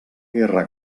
guerra